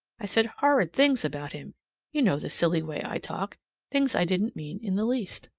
i said horrid things about him you know the silly way i talk things i didn't mean in the least.